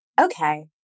Okay